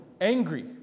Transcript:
angry